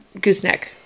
gooseneck